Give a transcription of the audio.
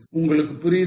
உங்களுக்குப் புரியுதா